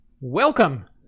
Welcome